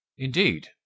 Indeed